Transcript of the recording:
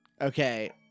Okay